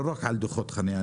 לא רק על דוחות חניה.